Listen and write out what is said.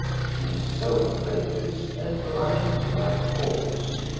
she is so prejudiced, and blind to my faults.